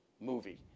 movie